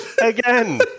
again